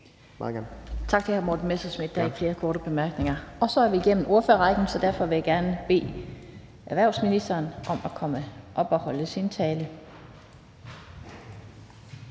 Tak til hr. Morten Messerschmidt. Der er ikke flere korte bemærkninger. Så er vi igennem ordførerrækken, og derfor vil jeg gerne bede erhvervsministeren om at komme op og holde sin tale.